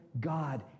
God